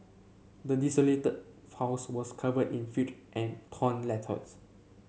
the desolated house was covered in filth and torn letters